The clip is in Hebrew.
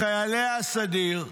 לחיילי הסדיר,